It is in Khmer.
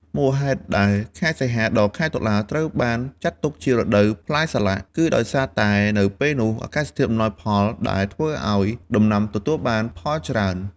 មូលហេតុដែលខែសីហាដល់ខែតុលាត្រូវបានចាត់ទុកជារដូវកាលផ្លែសាឡាក់ គឺដោយសារតែនៅពេលនោះអាកាសធាតុអំណោយផលដែលធ្វើឱ្យដំណាំទទួលបានផលច្រើន។